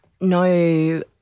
no